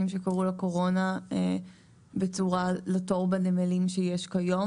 שקרו בקורונה לתור בנמלים שיש כיום.